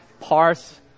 parse